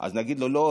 אז נגיד לו: לא,